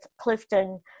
Clifton